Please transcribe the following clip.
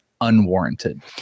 unwarranted